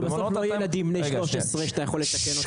אנחנו בסוף לא ילדים בני 13 שאתה יכול לתקן ---.